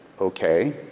Okay